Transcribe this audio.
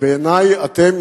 ובעיני אתם,